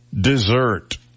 dessert